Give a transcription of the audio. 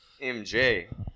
MJ